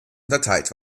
unterteilt